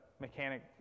mechanic